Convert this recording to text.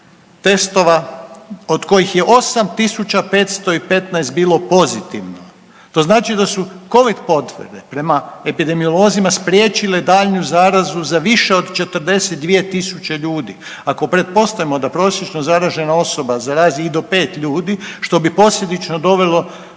testova od kojih je 8.515 bilo pozitivno, to znači da su covid potvrde prema epidemiolozima spriječile daljnju zarazu za više od 42.000 ljudi. Ako pretpostavimo da prosječno zaražena osoba zarazi i do pet ljudi što bi posljedično dovelo